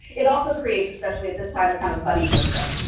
it also creates, especially at this time, a kind of buddy system,